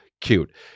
cute